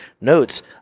notes